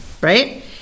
right